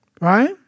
right